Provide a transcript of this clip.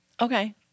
Okay